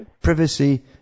Privacy